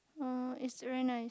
uh it's very nice